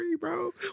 bro